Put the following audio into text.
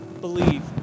believe